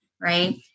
Right